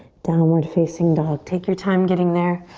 downward facing dog, take your time getting there.